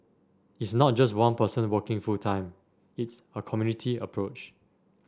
it's not just one person working full time it's a community approach